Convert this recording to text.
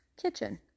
kitchen